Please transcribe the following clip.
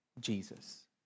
Jesus